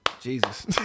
Jesus